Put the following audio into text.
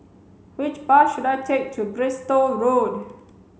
which bus should I take to Bristol Road